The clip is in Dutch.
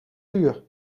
vuur